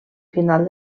final